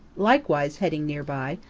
likewise heading near by,